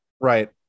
Right